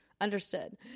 Understood